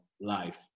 life